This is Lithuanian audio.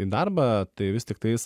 į darbą tai vis tiktais